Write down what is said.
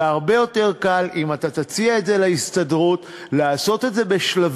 זה יהיה הרבה יותר קל אם אתה תציע להסתדרות לעשות את זה בשלבים,